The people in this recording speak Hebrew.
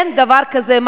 אין דבר כזה.